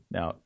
Now